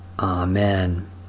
Amen